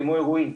כמו הרואין,